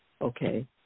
okay